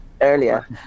earlier